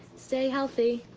stay healthy!